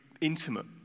intimate